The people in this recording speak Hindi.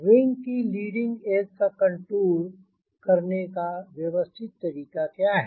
विंग की लीडिंग एज का कंटूर करने का व्यवस्थित तरीका क्या है